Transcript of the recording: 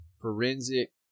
forensic